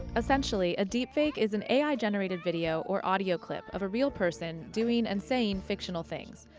essentially a deepfake is an a i. generated video or audio clip of a real person doing and saying fictional things.